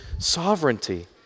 sovereignty